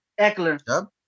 Eckler